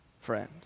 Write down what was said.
friend